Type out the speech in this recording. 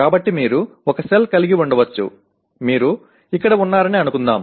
కాబట్టి మీరు ఒక సెల్ కలిగి ఉండవచ్చు మీరు ఇక్కడ ఉన్నారని అనుకుందాం